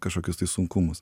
kažkokius tai sunkumus